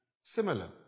similar